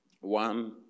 One